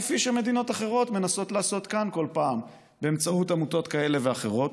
כפי שמדינות אחרות מנסות לעשות כאן כל פעם באמצעות עמותות כאלה ואחרות.